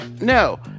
No